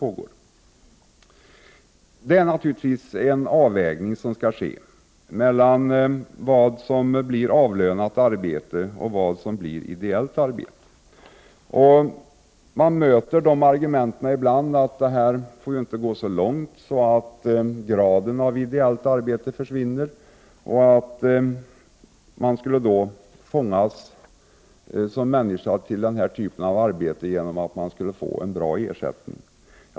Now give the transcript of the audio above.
Det blir naturligtvis en avvägning mellan vad som skall betraktas som avlönat arbete och vad som är ideellt arbete. Man möter ibland det argumentet att vi inte får gå så långt att graden av ideellt arbete försvinner och att vi som människor fångas till den här typen av arbete av en bra ersättning.